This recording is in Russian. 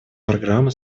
программы